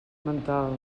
mental